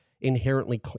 inherently